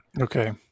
Okay